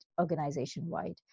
organization-wide